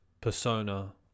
persona